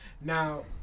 Now